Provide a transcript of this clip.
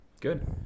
good